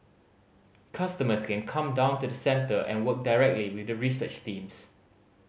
customers can come down to the centre and work directly with the research teams